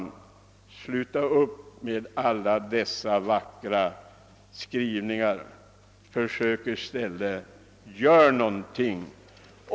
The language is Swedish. Sluta upp med alla dessa vackra skrivningar, och försök i stället göra någonting!